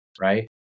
right